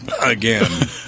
again